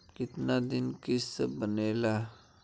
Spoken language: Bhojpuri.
कितना दिन किस्त बनेला?